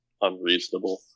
unreasonable